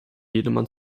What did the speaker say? jedermann